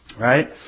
Right